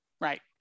right